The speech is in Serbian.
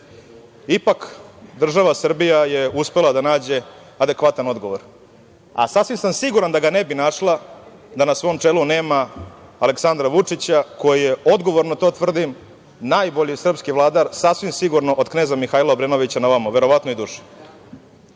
Ipak, država Srbija je uspela da nađe adekvatan odgovor. Sasvim sam siguran da ga ne bi našla da na svom čelu nema Aleksandra Vučića koji je, odgovorno to tvrdim, najbolji srpski vladar sasvim sigurno od kneza Mihajla Obrenovića na ovamo, verovatno i